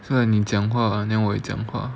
so like 你讲话啊我讲话